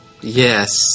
yes